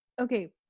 Okay